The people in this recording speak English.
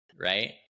right